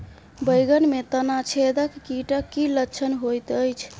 बैंगन मे तना छेदक कीटक की लक्षण होइत अछि?